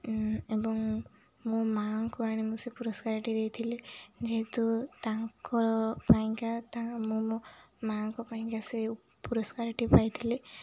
ଏବଂ ମୋ ମାଆଙ୍କୁ ଆଣି ମୁଁ ସେ ପୁରସ୍କାରଟି ଦେଇଥିଲି ଯେହେତୁ ତାଙ୍କର ପାଇଁକା ତା ମୁଁ ମୋ ମାଆଙ୍କ ପାଇଁକା ସେ ପୁରସ୍କାରଟି ପାଇଥିଲି